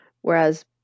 Whereas